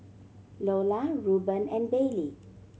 Loula Ruben and Bailey